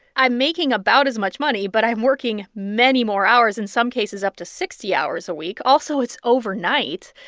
i'm making about as much money, but i'm working many more hours, in some cases up to sixty hours a week. also, it's overnight.